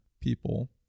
people